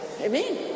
Amen